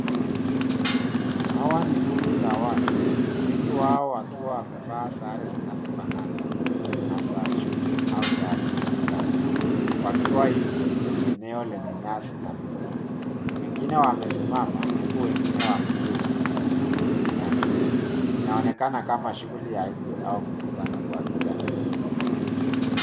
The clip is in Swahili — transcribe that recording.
Hawa ni kundi la watu, wengi wao wakiwa wamevaa sare zinazofanana na za shule au taasisi fulani, wakiwa nje kwenye eneo lenye nyasi na miti. Wengine wamesimama huku wengine wameketi chini kwenye nyasi. Inaonekana kama shughuli ya nje au mkutano wa kijamii.